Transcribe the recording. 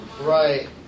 Right